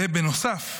בנוסף,